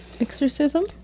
exorcism